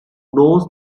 knows